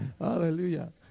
Hallelujah